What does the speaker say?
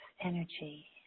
energy